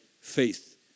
faith